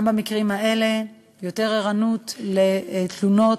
גם במקרים האלה, יותר ערנות לתלונות,